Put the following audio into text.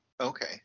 Okay